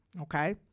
Okay